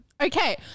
Okay